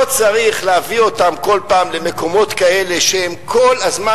לא צריך להביא אותם כל פעם למקומות כאלה שהם כל הזמן